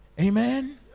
Amen